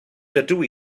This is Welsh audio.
dydw